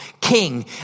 king